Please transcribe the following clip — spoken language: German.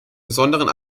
besonderen